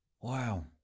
wow